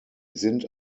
sind